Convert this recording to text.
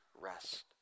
rest